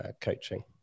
coaching